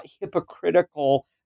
hypocritical